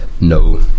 No